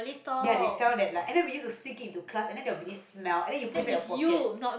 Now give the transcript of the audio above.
ya they sell that and we used to stick it to class and then they will be it smell and then you put inside your pocket